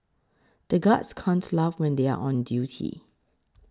the guards can't laugh when they are on duty